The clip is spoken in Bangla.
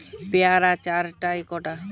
পেয়ারা চার টায় কত?